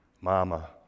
mama